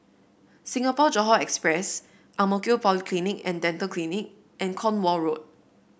Singapore Johore Express Ang Mo Kio Polyclinic And Dental Clinic and Cornwall Road